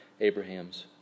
Abraham's